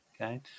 Okay